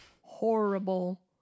horrible